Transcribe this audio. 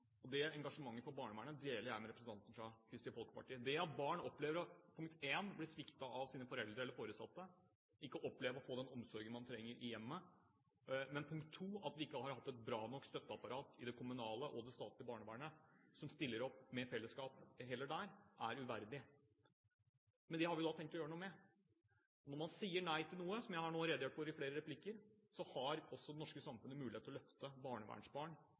dem. Det engasjementet for barnevernet deler jeg med representanten fra Kristelig Folkeparti. Det at barn opplever, punkt 1, å bli sviktet av sine foreldre eller foresatte, ikke opplever å få den omsorgen de trenger i hjemmet, og, punkt 2, at vi ikke har hatt et bra nok støtteapparat i det kommunale og det statlige barnevernet som ei heller der stiller opp med fellesskap, er uverdig. Men det har vi tenkt å gjøre noe med. Når man sier nei til noe, som jeg nå har redegjort for i flere replikker, har også det norske samfunnet mulighet til å løfte barnevernsbarn